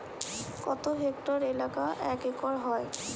কত হেক্টর এলাকা এক একর হয়?